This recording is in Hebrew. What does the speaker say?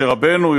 משה רבנו,